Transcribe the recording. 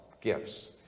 gifts